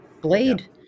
Blade